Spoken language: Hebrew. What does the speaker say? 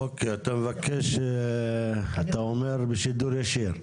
אוקיי, אתה אומר בשידור ישיר.